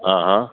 હા હા